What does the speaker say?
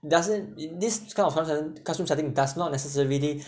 doesn't in this kind of construction classroom setting does not necessarily